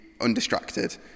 undistracted